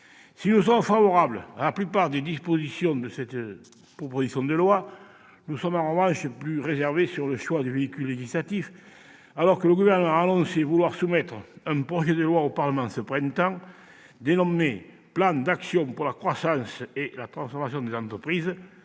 Si nous sommes favorables à la plupart des dispositions de cette proposition de loi, nous sommes en revanche plus réservés sur le choix du véhicule législatif, alors que le Gouvernement a annoncé vouloir soumettre au Parlement un projet de loi intitulé « plan d'action pour la croissance et la transformation des entreprises »-